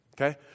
okay